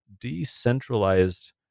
decentralized